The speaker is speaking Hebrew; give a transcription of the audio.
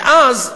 ואז,